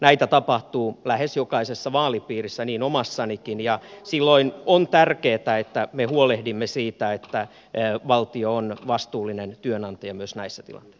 näitä tapahtuu lähes jokaisessa vaalipiirissä niin omassanikin ja silloin on tärkeätä että me huolehdimme siitä että valtio on vastuullinen työnantaja myös näissä tilanteissa